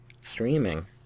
Streaming